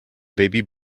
baby